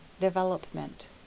Development